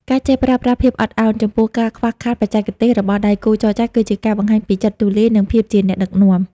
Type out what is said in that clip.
ការចេះប្រើប្រាស់ "ភាពអត់ឱន" ចំពោះការខ្វះខាតបច្ចេកទេសរបស់ដៃគូចរចា គឺជាការបង្ហាញពីចិត្តទូលាយ និងភាពជាអ្នកដឹកនាំ។